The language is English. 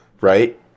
right